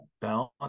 balance